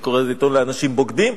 אני קורא לזה: עיתון לאנשים בוגדים,